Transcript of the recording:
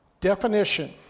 Definition